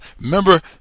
remember